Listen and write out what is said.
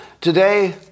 Today